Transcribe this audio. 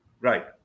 Right